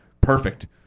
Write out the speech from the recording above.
Perfect